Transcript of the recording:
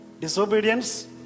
disobedience